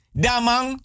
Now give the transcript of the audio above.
damang